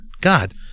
God